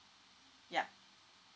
ya